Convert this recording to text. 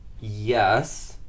yes